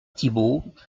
thibault